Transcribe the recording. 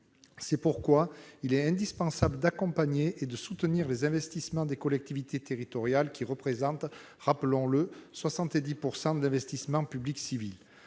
C'est pourquoi il est indispensable d'accompagner et de soutenir les investissements de ces collectivités, qui représentent, rappelons-le, 70 % de l'investissement public civil.